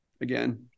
again